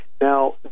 Now